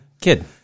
kid